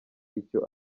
icyo